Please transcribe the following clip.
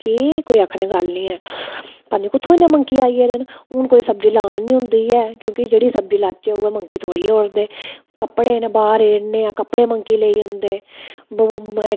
की केह् कोई आक्खनै दी गल्ल निं ऐ पता निं कुत्थें इन्ने मंकी आई गेदे ते कोई सब्ज़ी लान निं होंदी ऐ की जेह्ड़ी सब्ज़ी लाचै ते तोड़ी ओड़दे ते सब्ज़ी लाना निं होंदी ऐ कपड़े निं बाह्र रेड़ने कपड़े मंकी लेई जंदे